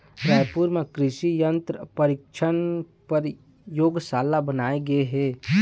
रायपुर म कृसि यंत्र परीक्छन परयोगसाला बनाए गे हे